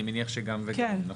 אני מניח שגם וגם נכון?